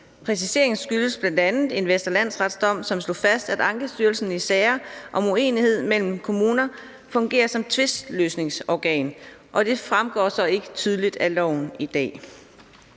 Præciseringen skyldes bl.a. en Vestre Landsrets-dom, som slog fast, at Ankestyrelsen i sager om uenighed mellem kommuner fungerer som tvistløsningsorgan. Det fremgår så ikke tydeligt af loven i dag.